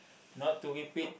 not to repeat